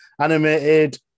Animated